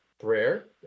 Prayer